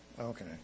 Okay